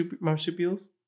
marsupials